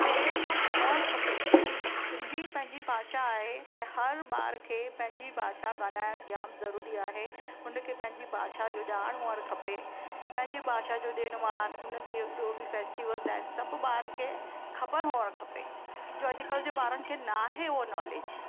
त हे सभु हुअणु खपे सिंधी पंहिंजी भाषा आहे ऐं हर ॿार खे पंहिंजी भाषा ॻाल्हाइणु जामु ज़रूरी आहे हुनखे पंहिंजी भाषा जो ॼाण हुअणु खपे पंहिंजी भाषा जो ॾिणु वारु हुनजो जो बि फेस्टिवल्स आहिनि सभु ॿार खे ख़बरु हुअणु खपे जो अॼु कल्ह जे ॿार खे न आहे उहो नोलेज